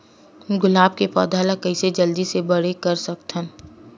गुलाब के पौधा ल कइसे जल्दी से बड़े कर सकथन?